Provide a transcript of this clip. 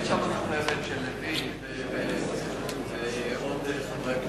ויש של לוין ועוד חברי כנסת.